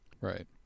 Right